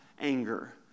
anger